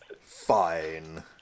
Fine